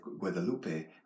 Guadalupe